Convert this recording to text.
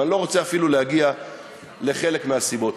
ואני לא רוצה אפילו להגיע לחלק מהסיבות.